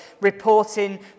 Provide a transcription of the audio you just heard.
reporting